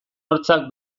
hortzak